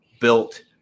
Built